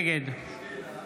נגד